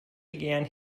began